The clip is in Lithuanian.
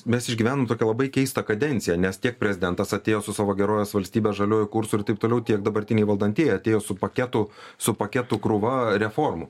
mes išgyvenom tokią labai keistą kadenciją nes tiek prezidentas atėjo su savo gerovės valstybę žaliuoju kursu ir taip toliau tiek dabartiniai valdantieji atėjo su paketu su paketu krūva reformų